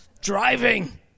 driving